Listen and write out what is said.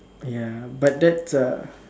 ya but that's uh